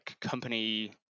company